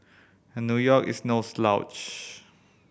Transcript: and New York is no slouch